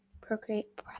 Procreate